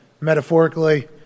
metaphorically